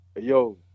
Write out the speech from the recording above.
yo